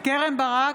קרן ברק,